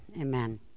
Amen